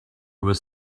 was